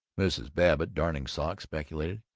mrs. babbitt, darning socks, speculated,